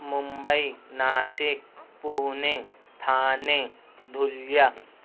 Mumbai Nashik Pune Thane Dhule